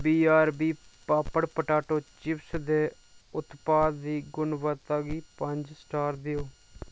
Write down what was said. BRB papad potato chips दे उत्पाद दी गुणवत्ता गी पंज स्टार देओ